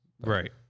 Right